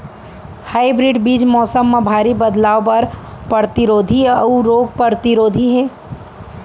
hybrid बीज मौसम मा भारी बदलाव बर परतिरोधी अऊ रोग परतिरोधी हे